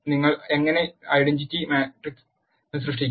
നിങ്ങൾ എങ്ങനെ identity matrix സൃഷ്ടിക്കും